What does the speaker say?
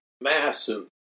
massive